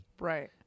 right